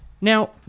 Now